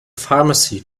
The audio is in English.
pharmacy